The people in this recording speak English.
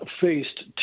faced